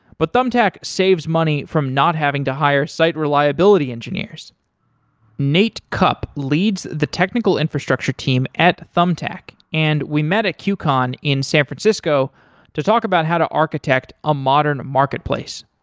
but thumbtack saves money from not having to hire site reliability engineers nate kupp leads the technical infrastructure team at thumbtack, and we met at qcon in san francisco to talk about how to architect a modern marketplace.